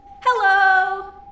Hello